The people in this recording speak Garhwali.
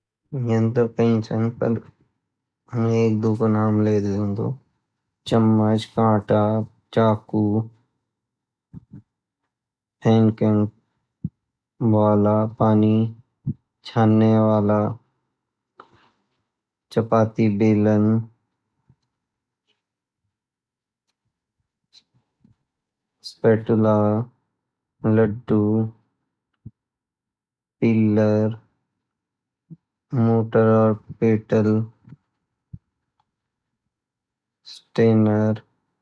यं तो कई छा पर मई बारह का नाम लेलेंदु चमच ,कटा, चाकू ,हेंकिन वाला ,पानी चाटने वला, चपाती बेलन ,स्पैटुला ,लड्डु ,पिलर ,मोटरपेटल।,स्टैनर